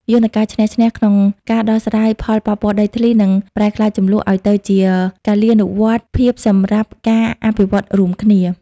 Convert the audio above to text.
យន្តការ "ឈ្នះ-ឈ្នះ" ក្នុងការដោះស្រាយផលប៉ះពាល់ដីធ្លី នឹងប្រែក្លាយជម្លោះឱ្យទៅជាកាលានុវត្តភាពសម្រាប់ការអភិវឌ្ឍរួមគ្នា។